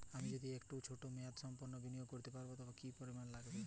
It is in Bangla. আমি যদি একটু ছোট মেয়াদসম্পন্ন বিনিয়োগ করতে চাই বন্ড হিসেবে কী কী লাগবে?